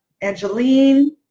Angeline